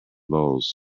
bowls